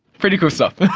pretty cool stuff.